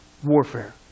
warfare